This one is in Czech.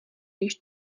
již